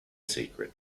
secret